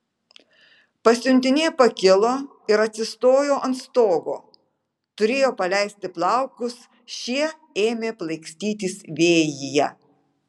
pasiuntinė pakilo ir atsistojo ant stogo turėjo paleisti plaukus šie ėmė plaikstytis vėjyje